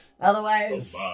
Otherwise